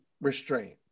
restraint